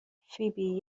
فیبی